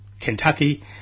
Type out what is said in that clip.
Kentucky